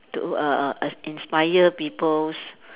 to err err err inspire people